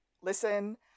listen